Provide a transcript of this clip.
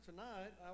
Tonight